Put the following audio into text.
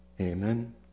Amen